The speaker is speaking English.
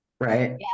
right